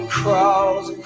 crawls